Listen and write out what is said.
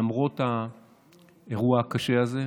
למרות האירוע הקשה הזה,